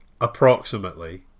approximately